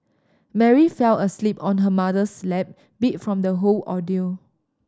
Mary fell asleep on her mother's lap beat from the whole ordeal